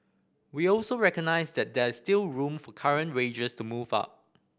we also recognised that there is still room for current wages to move up